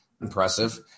impressive